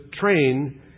train